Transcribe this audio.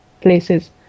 places